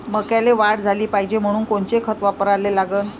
मक्याले वाढ झाली पाहिजे म्हनून कोनचे खतं वापराले लागन?